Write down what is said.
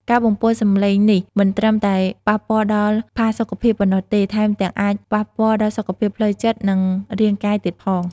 ការបំពុលសំឡេងនេះមិនត្រឹមតែប៉ះពាល់ដល់ផាសុកភាពប៉ុណ្ណោះទេ ថែមទាំងអាចប៉ះពាល់ដល់សុខភាពផ្លូវចិត្ត និងរាងកាយទៀតផង។